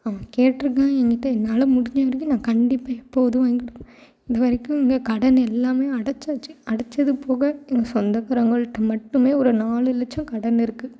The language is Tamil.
அவன் கேட்டுருக்கான் என்கிட்டே என்னால் முடிஞ்ச வரைக்கும் நான் கண்டிப்பாக எப்போதும் வாங்கிக் கொடுப்பேன் இது வரைக்கும் எங்கள் கடன் எல்லாம் அடைச்சாச்சி அடைச்சது போக எங்கள் சொந்தக்காரங்கள்ட்ட மட்டும் ஒரு நாலு லட்சம் கடன் இருக்குது